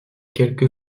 quelques